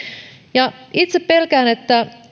itse pelkään että